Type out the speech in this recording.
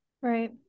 right